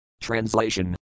Translation